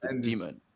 demon